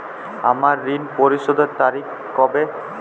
আমার ঋণ পরিশোধের তারিখ কবে?